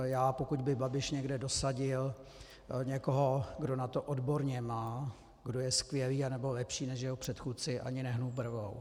Já, pokud by Babiš někde dosadil někoho, kdo na to odborně má, kdo je skvělý anebo lepší než jeho předchůdce, ani nehnu brvou.